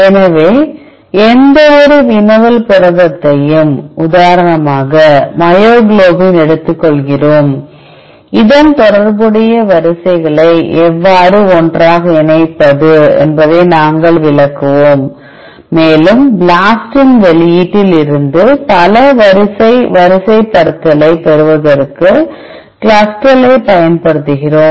எனவே எந்தவொரு வினவல் புரதத்தையும் உதாரணமாக மயோகுளோபின் எடுத்துக்கொள்கிறோம் அதன் தொடர்புடைய வரிசைகளை எவ்வாறு ஒன்றாக இணைப்பது என்பதை நாங்கள் விளக்குவோம் மேலும் BLAST இன் வெளியீட்டில் இருந்து பல வரிசை வரிசைப்படுத்தலைப் பெறுவதற்கு CLUSTAL ஐப் பயன்படுத்துகிறோம்